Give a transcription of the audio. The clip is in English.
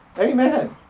Amen